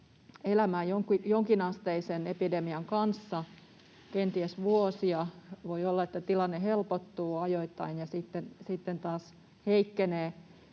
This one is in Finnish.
elämään jonkinasteisen epidemian kanssa, kenties vuosia — voi olla, että tilanne helpottuu ajoittain ja sitten taas heikkenee